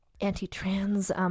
anti-trans